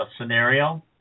scenario